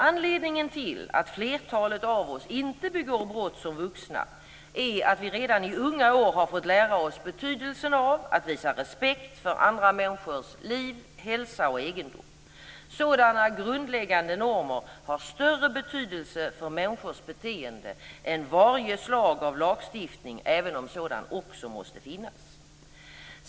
Anledningen till att flertalet av oss inte begår brott som vuxna är att vi redan i unga år har fått lära oss betydelsen av att visa respekt för andra människors liv, hälsa och egendom. Sådana grundläggande normer har större betydelse för människors beteende än varje slag av lagstiftning även om sådan också måste finnas.